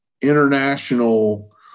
international